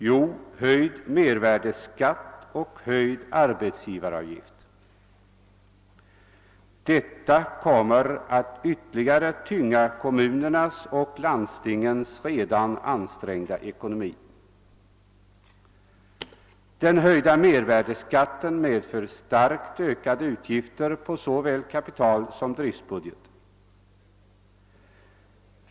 Jo, vi får höjd mervärdeskatt och höjd arbetsgivaravgift. Detta kommer att ytterligare tynga kommunernas och landstingens redan ansträngda ekonomi. Den höjda mervärdeskatten medför starkt ökade utgifter på såväl kapitalsom driftbudget.